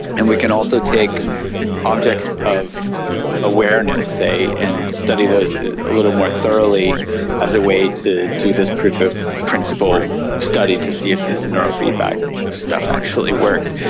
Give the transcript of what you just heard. and we can also take objects of awareness, say, and study those a little more thoroughly as a way to do this proof of principle study to see if this neurofeedback stuff actually worked.